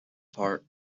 part